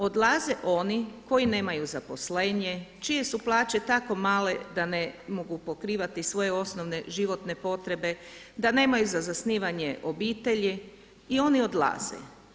Odlaze oni koji nemaju zaposlenje, čije su plaće tako male da ne mogu pokrivati svoje osnovne životne potrebe, da nemaju za zasnivanje obitelji i oni odlaze.